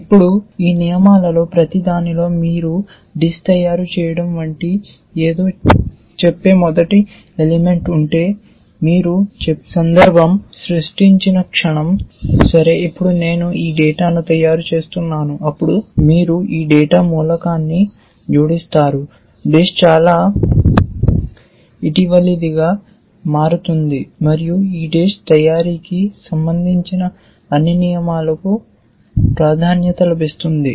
ఇప్పుడు ఈ నియమాలలో ప్రతిదానిలో మీరు డిష్ తయారు చేయడం వంటి ఏదో చెప్పే మొదటి ఎలిమెంట్ ఉంటే మీరు చెప్పే సందర్భం సృష్టించిన క్షణం సరే ఇప్పుడు నేను ఈ డేటాను తయారు చేస్తున్నాను అప్పుడు మీరు ఈ డేటా ఎలిమెంట్ ని జోడిస్తారు డిష్ చాలా ఇటీవలిదిగా మారుతుంది మరియు ఈ డిష్ తయారీకి సంబంధించిన అన్ని నియమాలకు ప్రాధాన్యత లభిస్తుంది